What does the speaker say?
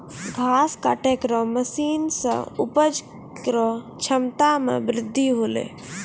घास काटै केरो मसीन सें उपज केरो क्षमता में बृद्धि हौलै